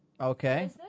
Okay